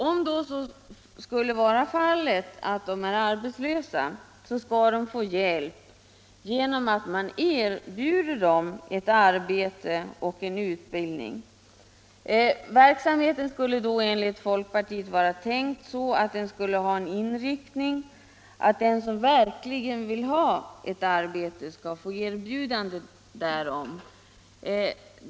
Om de är arbetslösa, skall de få hjälp genom att man erbjuder dem arbete eller utbildning. Verksamheten skulle enligt folkpartiet ha en sådan inriktning att den som verkligen vill ha ett arbete skall få erbjudande därom.